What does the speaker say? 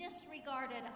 disregarded